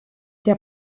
der